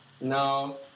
No